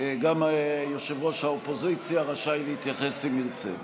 גם יושב-ראש האופוזיציה רשאי להתייחס, אם ירצה.